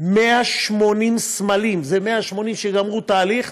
180 סמלים, זה 180 שגמרו תהליך,